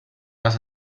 les